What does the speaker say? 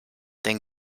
den